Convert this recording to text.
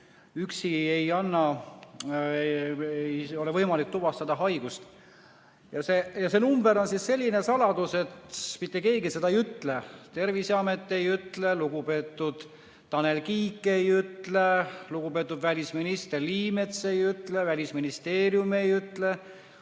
üksi ei võimalda haigust tuvastada. Ja see number on selline saladus, et mitte keegi seda ei ütle. Terviseamet ei ütle, lugupeetud Tanel Kiik ei ütle, lugupeetud välisminister Liimets ei ütle, Välisministeerium ei ütle.